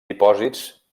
dipòsits